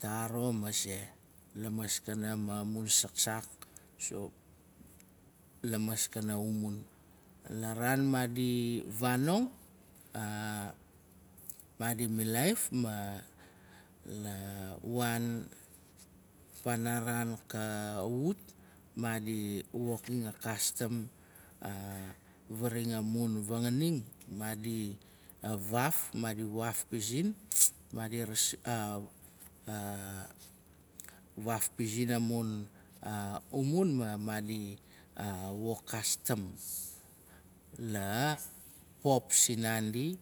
Taro maze lamaskana ma mun saksak lamaskana umun. La raan maadi fanong maadi milaif. ma waan panaran kat wut maadi wokim a kastam. Faraxain amun fanganing maadi vaaf pizin. Maadi vaaf pizin amun umun ma maadi wok kastam. la pop sin naandi